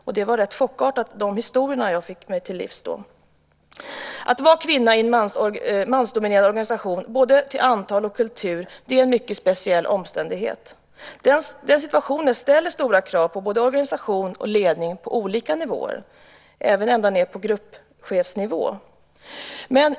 De historier som jag då fick mig till livs var ganska chockerande. Att vara kvinna i en mansdominerad organisation när det gäller både antal och kultur är en mycket speciell omständighet. Den situationen ställer stora krav på organisation och ledning på olika nivåer, även ända ned på gruppchefsnivå.